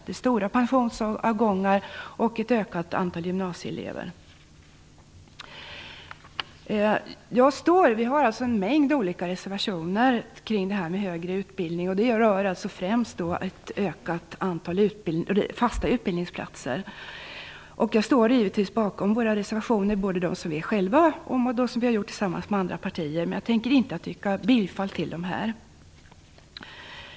Det är stora pensionsavgångar och ett ökat antal gymnasieelever. Vi har alltså en mängd olika reservationer om högre utbildning, och de rör främst ett ökat antal fasta utbildningsplatser. Jag står givetvis bakom våra reservationer, både dem som vi är ensamma om och dem som vi har tillsammans med andra partier, men jag yrkar inte bifall till dem.